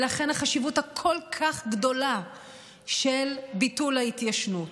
ולכן החשיבות הכל-כך גדולה של ביטול ההתיישנות.